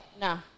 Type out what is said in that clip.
No